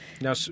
Now